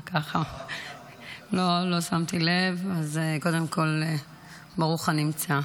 אז קודם כול ברוך הנמצא.